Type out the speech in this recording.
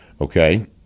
Okay